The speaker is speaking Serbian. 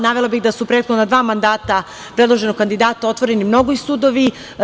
Navela bih da su u prethodna dva mandata predloženog kandidata otvoreni mnogi sudovi.